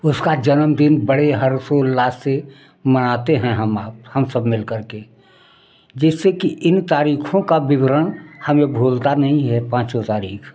उसका जनमदिन बड़े हर्षोल्लास से मनाते हैं हम आप हम सब मिलकर के जिससे कि इन तारीखों का बिवरण हमें भूलता नहीं है पाँचो तारीख